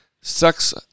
sex